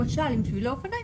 למשל עם שבילי אופניים,